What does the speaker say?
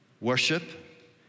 worship